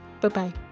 Bye-bye